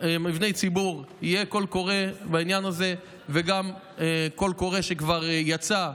יהיה קול קורא בעניין הזה וגם קול קורא שכבר יצא.